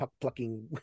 plucking